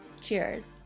Cheers